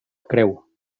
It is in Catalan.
creu